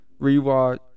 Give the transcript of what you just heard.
rewatch